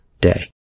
day